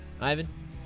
Ivan